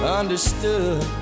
understood